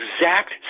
exact